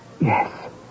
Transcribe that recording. Yes